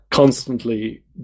Constantly